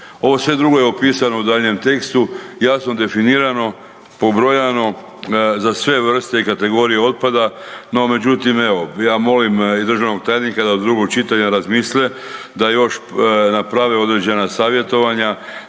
Ovo sve drugo je opisano u daljnjem tekstu, jasno definirano, pobrojano za sve vrste i kategorije otpada no međutim evo ja molim i državnog tajnika da do drugog čitanja razmisle, da još naprave određena savjetovanja,